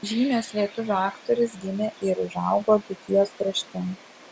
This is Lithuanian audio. žymios lietuvių aktorės gimė ir užaugo dzūkijos krašte